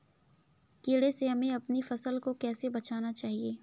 कीड़े से हमें अपनी फसल को कैसे बचाना चाहिए?